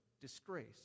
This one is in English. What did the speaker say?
disgrace